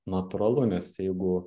natūralu nes jeigu